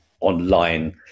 online